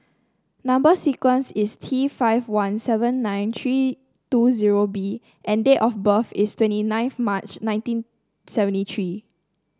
number sequence is T five one seven nine three two zero B and date of birth is twenty nineth March nineteen seventy three